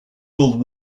world